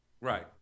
Right